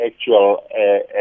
actual